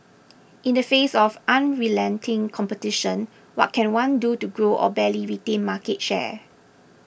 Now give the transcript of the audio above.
in the face of unrelenting competition what can one do to grow or barely retain market share